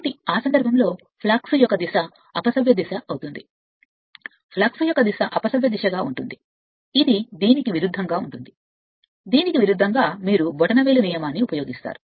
కాబట్టి ఆ సందర్భంలో ఫ్లక్స్ యొక్క దిశ అపసవ్య దిశ అవుతుంది ఫ్లక్స్ యొక్క దిశ అపసవ్య దిశ గా ఉంటుంది ఇది దీనికి విరుద్ధంగా చెప్పండి దీనికి విరుద్ధంగా మీరు బొటనవేలు నియమాన్ని ఉపయోగిస్తారు